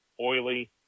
oily